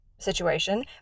situation